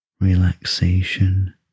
relaxation